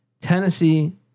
Tennessee